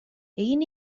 egin